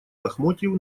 лохмотьев